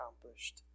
accomplished